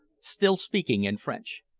still speaking in french.